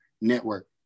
network